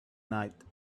night